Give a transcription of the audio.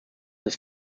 his